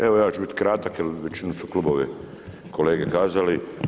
Evo ja ću biti kratka, jer većinu su klubovi, kolege kazali.